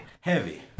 heavy